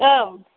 औ